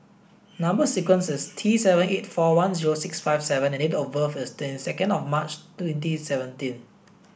number sequence is T seven eight four one zero six five V and date of birth is ten second of March twenty seventeen